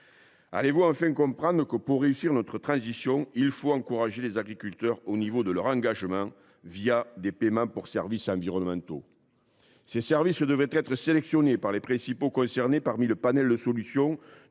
Allez vous enfin comprendre que, pour réussir notre transition, il faut encourager les agriculteurs à s’engager dans la démarche des paiements pour services environnementaux